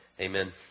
amen